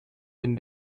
wenn